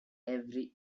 every